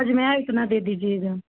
समझ में आए उतना दे दीजिएगा